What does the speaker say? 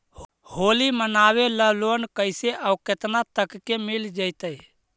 होली मनाबे ल लोन कैसे औ केतना तक के मिल जैतै?